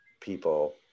people